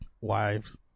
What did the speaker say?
wives